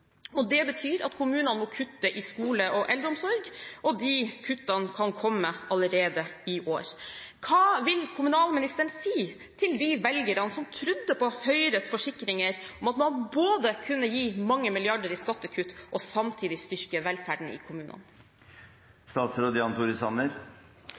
Det betyr at kommunene må kutte i skole- og eldreomsorg, og de kuttene kan komme allerede i år. Hva vil kommunalministeren si til de velgerne som trodde på Høyres forsikringer om at man både kunne gi mange milliarder i skattekutt og samtidig styrke velferden i